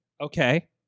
Okay